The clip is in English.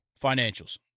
financials